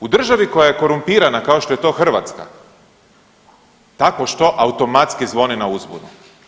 U državi koja je korumpirana kao što je to Hrvatska takvo što automatski zvoni na uzbunu.